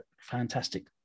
fantastic